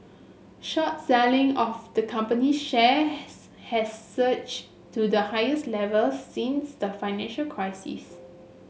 short selling of the company shares has surged to the highest level since the financial crisis